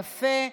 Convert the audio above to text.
יפה.